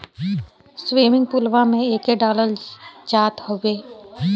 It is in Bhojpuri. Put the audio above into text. स्विमिंग पुलवा में एके डालल जात हउवे